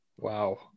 wow